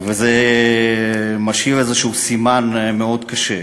וזה משאיר איזשהו סימן מאוד קשה.